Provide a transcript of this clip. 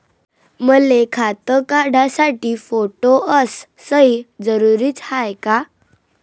मले खातं काढासाठी फोटो अस सयी जरुरीची हाय का?